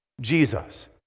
Jesus